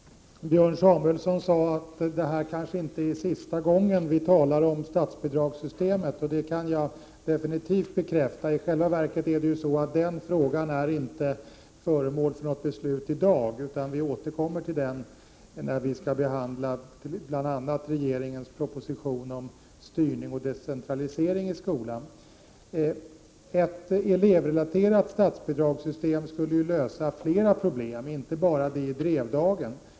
Fru talman! Björn Samuelson sade att det här kanske inte är sista gången vi talar om statsbidragssystemet, och det kan jag bekräfta. I själva verket är det så att den frågan inte blir föremål för något beslut i dag, utan vi återkommer till den bl.a. när vi skall behandla regeringens proposition om styrning och decentralisering i skolan. Ett elevrelaterat statsbidragssystem skulle ju lösa flera problem, inte bara problemet i Drevdagen.